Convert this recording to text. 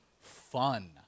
fun